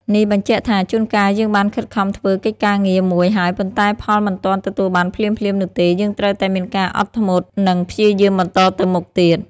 នេះបញ្ជាក់ថាជួនកាលយើងបានខិតខំធ្វើកិច្ចការងារមួយហើយប៉ុន្តែផលមិនទាន់ទទួលបានភ្លាមៗនោះទេយើងត្រូវតែមានការអត់ធ្មត់និងព្យាយាមបន្តទៅមុខទៀត។